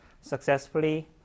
successfully